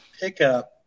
pickup